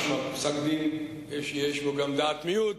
משמע פסק-דין שיש בו גם דעת מיעוט,